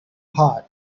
hot